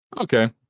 Okay